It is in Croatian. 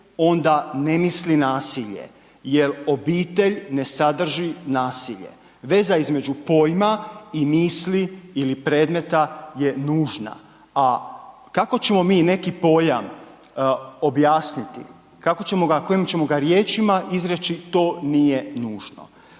onda ne misli nasilje jel obitelj ne sadrži nasilje, veza između pojma i misli ili predmeta je nužna, a kako ćemo mi neki pojam objasniti, kako ćemo ga, kojim ćemo ga riječima izreći, to nije nužno.